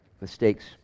mistakes